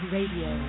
Radio